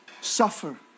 suffer